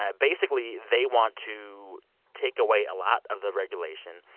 ah basically, they want to take away a lot of the regulation,